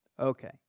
Okay